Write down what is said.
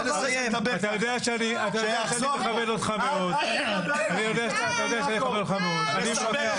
אתה יודע שאני מכבד אותך מאוד ------ אני זוכר,